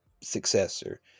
successor